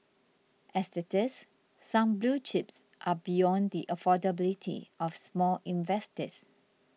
as it is some blue chips are beyond the affordability of small investors